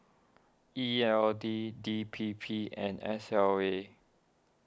E L D D P P and S L A